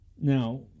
Now